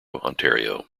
ontario